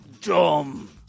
Dumb